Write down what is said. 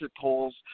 polls